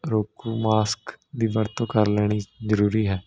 ਰੋਕੂ ਮਾਸਕ ਦੀ ਵਰਤੋਂ ਕਰ ਲੈਣੀ ਜ਼ਰੂਰੀ ਹੈ